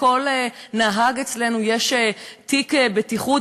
לכל נהג אצלנו יש תיק בטיחות.